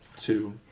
Two